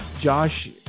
Josh